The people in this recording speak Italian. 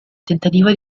tentativo